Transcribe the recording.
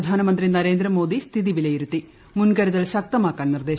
പ്രധാനമന്ത്രി നരേന്ദ്ര മോദി സ്ഥിതി വിലയിരുത്തി മൂൻകരുതൽ ശക്തമാക്കാൻ നിർദ്ദേശം